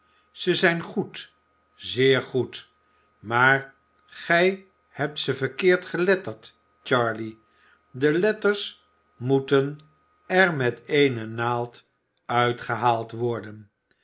zij zijn goed zeer goed maar gij hebt ze verkeerd geletterd charley de letters moeten er met eene naald uitgehaald worden